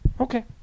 Okay